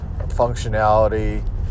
functionality